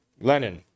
Lenin